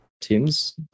teams